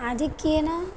आधिक्येन